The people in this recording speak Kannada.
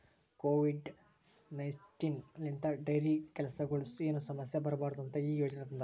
ಕೋವಿಡ್ ನೈನ್ಟೀನ್ ಲಿಂತ್ ಡೈರಿ ಕೆಲಸಗೊಳಿಗ್ ಏನು ಸಮಸ್ಯ ಬರಬಾರದು ಅಂತ್ ಈ ಯೋಜನೆ ತಂದಾರ್